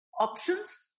Options